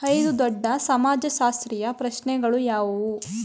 ಐದು ದೊಡ್ಡ ಸಮಾಜಶಾಸ್ತ್ರೀಯ ಪ್ರಶ್ನೆಗಳು ಯಾವುವು?